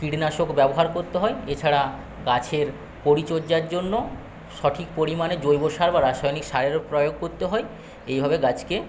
কীটনাশক ব্যবহার করতে হয় এছাড়া গাছের পরিচর্যার জন্য সঠিক পরিমাণে জৈব সার বা রাসায়নিক সারেরও প্রয়োগ করতে হয় এইভাবে গাছকে